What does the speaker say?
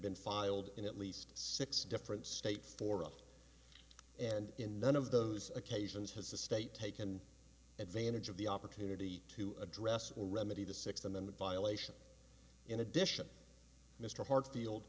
been filed in at least six different states for us and in none of those occasions has the state taken advantage of the opportunity to address or remedy the sixth amendment violation in addition mr hartsfield